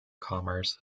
commerce